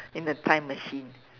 in the time machine